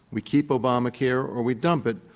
we keep obamacare or we dump it,